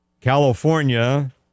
California